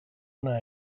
una